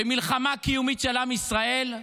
במלחמה קיומית של עם ישראל,